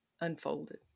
unfolded